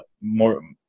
more